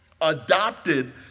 adopted